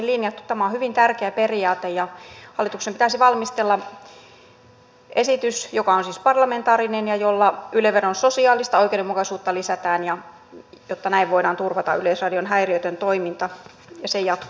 tämä on hyvin tärkeä periaate ja hallituksen pitäisi valmistella esitys joka on siis parlamentaarinen ja jolla yle veron sosiaalista oikeudenmukaisuutta lisätään jotta näin voidaan turvata yleisradion häiriötön toiminta ja sen jatkuvuus varmistaa